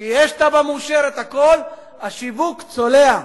שיש תב"ע מאושרת, הכול, והשיווק צולע.